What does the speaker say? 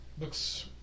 Looks